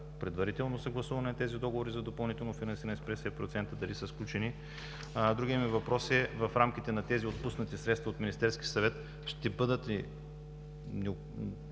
предварително съгласуване на тези договори за допълнително финансиране с 50%. Дали са сключени? Другият ми въпрос е: тези отпуснати средства от Министерския съвет ще бъдат ли